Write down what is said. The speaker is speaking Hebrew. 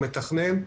המתכנן,